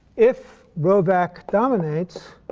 if rho vac dominates